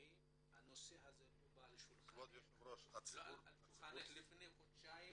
האם הנושא הזה לא בא לשולחנך לפני חודשיים,